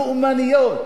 לאומניות.